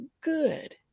good